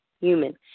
human